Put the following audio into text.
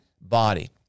body